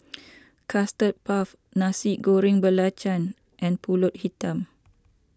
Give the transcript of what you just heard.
Custard Puff Nasi Goreng Belacan and Pulut Hitam